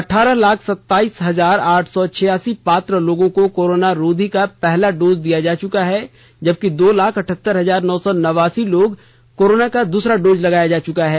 अठारह लाख सताइस हजार आठ सौ छियासी पात्र लोगों को कोरोना रोधी का पहला डोज दिया जा चुका है जबकि दो लाख अठहत्तर हजार नौ सौ नवासी लोगों को कोरोना का दूसरा डोज लगाया जा चुका है